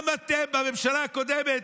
גם אתם בממשלה הקודמת,